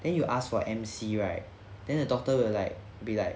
then you ask for M_C right then the doctor will like be like